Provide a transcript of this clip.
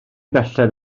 belled